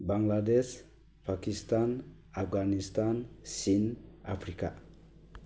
बांलादेश पाकिस्तान आफगानिस्तान सिन आफ्रिका